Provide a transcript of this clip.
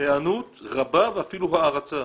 היענות רבה ואפילו הערצה.